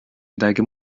midagi